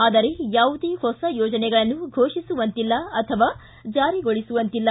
ಆದರೆ ಯಾವುದೇ ಹೊಸ ಯೋಜನೆಗಳನ್ನು ಘೋಷಿಸುವಂತಿಲ್ಲ ಅಥವಾ ಜಾರಿಗೊಳಿಸುವಂತಿಲ್ಲ